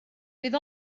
bydd